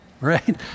right